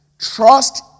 Trust